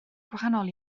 gwahanol